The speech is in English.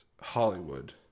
Hollywood